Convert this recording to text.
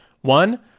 One